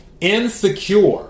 Insecure